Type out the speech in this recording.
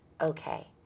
okay